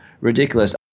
ridiculous